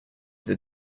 the